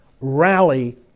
rally